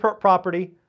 property